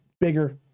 bigger